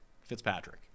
Fitzpatrick